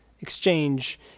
exchange